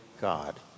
God